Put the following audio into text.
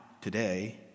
today